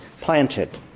planted